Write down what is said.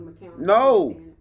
No